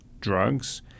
drugs